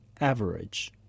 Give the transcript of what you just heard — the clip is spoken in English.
average